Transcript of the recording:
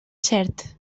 cert